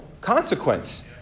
consequence